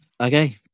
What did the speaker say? Okay